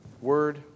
word